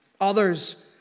others